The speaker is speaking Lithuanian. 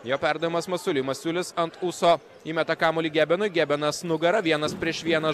jo perdavimas masuliui masiulis ant ūso įmeta kamuolį gebenui gebenas nugara vienas prieš vieną